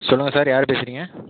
சொல்லுங்கள் சார் யார் பேசுறிங்க